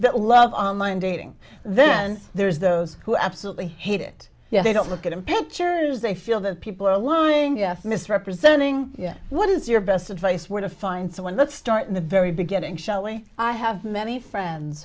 that love online dating then there's those who absolutely hate it yeah they don't look at in pictures they feel that people are losing misrepresenting what is your best advice where to find someone let's start in the very beginning shelley i have many friends